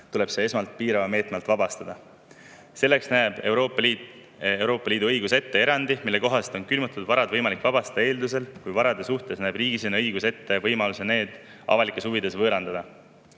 tuleb see esmalt piirava meetme alt vabastada. Selleks näeb Euroopa Liidu õigus ette erandi, mille kohaselt on külmutatud vara võimalik vabastada eeldusel, et riigisisene õigus näeb ette võimaluse see vara avalikes huvides võõrandada.